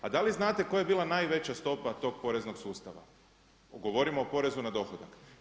A da li znate koja je bila najveća stopa tog poreznog sustava, govorimo o porezu na dohodak?